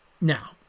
Now